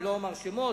אני לא אומר שמות,